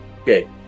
Okay